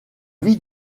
vie